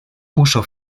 puso